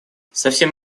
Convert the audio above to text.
совсем